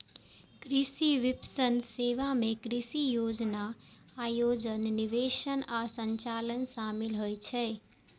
कृषि विपणन सेवा मे कृषि योजना, आयोजन, निर्देशन आ संचालन शामिल होइ छै